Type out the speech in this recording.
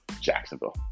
jacksonville